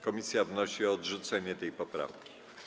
Komisja wnosi o odrzucenie tej poprawki.